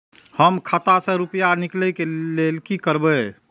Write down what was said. हम खाता से रुपया निकले के लेल की करबे?